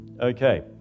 Okay